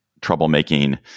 troublemaking